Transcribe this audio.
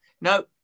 No